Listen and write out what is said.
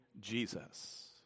Jesus